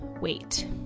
wait